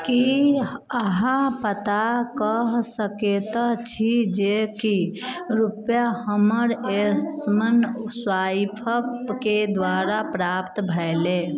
की अहाँ पता कऽ सकैत छी जेकि रुपैआ हमर एसमनस्वाइपके द्वारा प्राप्त भेलै